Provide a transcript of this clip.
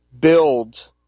build